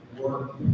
work